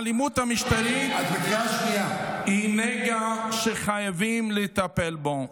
האלימות המשטרתית היא נגע שחייבים לטפל בו.